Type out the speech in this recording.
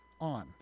on